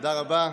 תודה רבה,